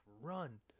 run